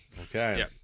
Okay